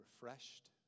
refreshed